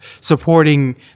supporting